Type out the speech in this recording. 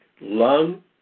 lung